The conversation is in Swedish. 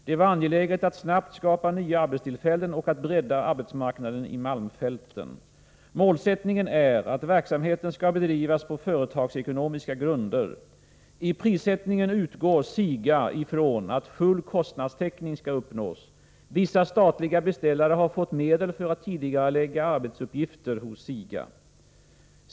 Det var angeläget att snabbt skapa nya arbetstillfällen och att bredda arbetsmarknaden i malmfälten. Målsättningen är att verksamheten skall bedrivas på företagsekonomiska grunder. I prissättningen utgår SIGA ifrån att full kostnadstäckning skall uppnås. Vissa statliga beställare har fått medel för att tidigarelägga arbetsuppgifter hos SIGA.